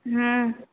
हूं